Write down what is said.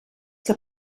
que